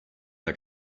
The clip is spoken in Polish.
jak